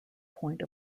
point